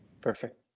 perfect